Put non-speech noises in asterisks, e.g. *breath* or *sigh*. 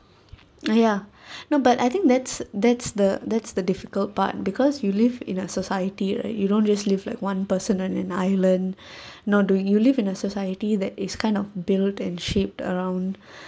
ah ya *breath* no but I think that's that's the that's the difficult part because you live in a society right you don't just live like one person one in island *breath* nor do you live in a society that is kind of built and shaped around *breath*